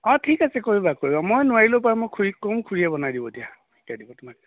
অঁ ঠিক আছে কৰিবা কৰিবা মই নোৱাৰিলেও বাৰু মই খুৰীক কওঁ খুৰীয়ে বনাই দিব দিয়া শিকাই দিব তোমাক